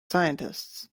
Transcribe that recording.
scientists